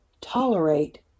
tolerate